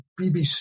BBC